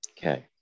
Okay